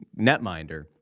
netminder